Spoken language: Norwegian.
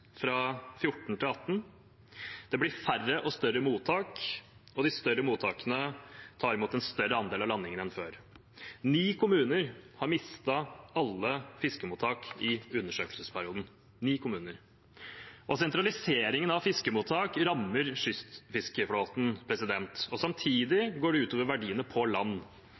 det ble færre og større mottak, og de større mottakene tar imot en større andel av landingen enn før. Ni kommuner har mistet alle fiskemottak i undersøkelsesperioden – ni kommuner. Og sentraliseringen av fiskemottak rammer kystfiskeflåten, og samtidig går det ut over verdiene på land.